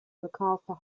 macarthur